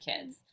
kids